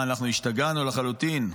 מה, אנחנו השתגענו לחלוטין?